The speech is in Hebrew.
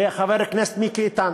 וחבר הכנסת מיקי איתן.